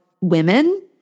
women